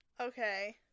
Okay